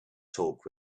talk